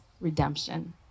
redemption